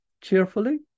cheerfully